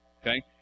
okay